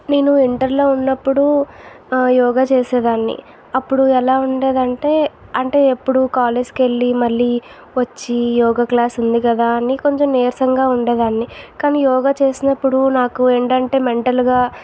నేను ఇంటర్లో ఉన్నప్పుడు యోగా చేసేదాన్ని అప్పుడు ఎలా ఉండేది అంటే ఎప్పుడు కాలేజ్కి వెళ్ళి మళ్ళీ వచ్చి యోగా క్లాస్ ఉంది కదా అని కొంచెం నీరసంగా ఉండేదాన్ని కానీ యోగా చేసినప్పుడు నాకు ఏంటంటే మెంటల్గా